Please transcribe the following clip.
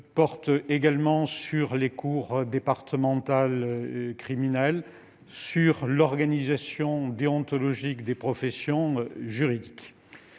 porte aussi sur les cours départementales criminelles et l'organisation déontologique des professions juridiques.